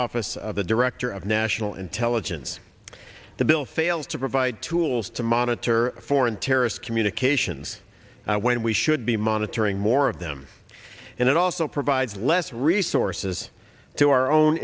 office of the director of national intelligence the bill fails to provide tools to monitor foreign terrorist communications when we should be monitoring more of them and it also provides less resources to our own